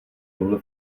tohle